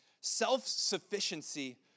Self-sufficiency